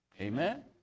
Amen